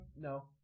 No